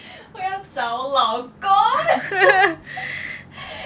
我要找老公